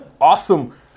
Awesome